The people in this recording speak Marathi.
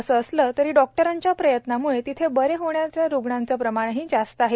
असं असलं तरी डॉक्टरांच्या प्रयत्नांमुळे तिथे बरे होणाऱ्या रुग्णाचं प्रमाणही जास्त आहे